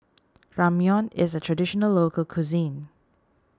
Ramyeon is a Traditional Local Cuisine